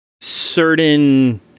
certain